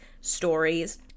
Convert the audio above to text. stories